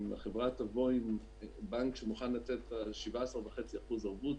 אם החברה תבוא עם בנק שמוכן לתת 17.5% ערבות